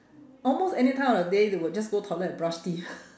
almost any time of the day they will just go toilet and brush teeth